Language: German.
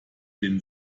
den